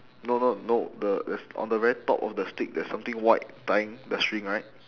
no no no the there's on the very top of the stick there's something white tying the string right